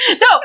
No